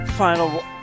Final